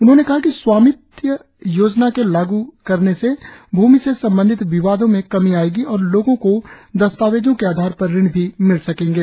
उन्होंने कहा कि स्वामित्व योजना के लागू करने से भूमि से संबंधित विवादों में कमी आएगी और लोगों को दस्तावेजों के आधार पर ऋण भी मिलेंगे